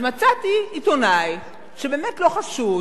אז מצאתי עיתונאי שבאמת לא חשוד,